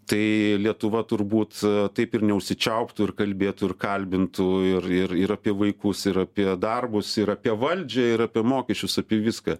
tai lietuva turbūt taip ir neužsičiauptų ir kalbėtų ir kalbintų ir ir ir apie vaikus ir apie darbus ir apie valdžią ir apie mokesčius apie viską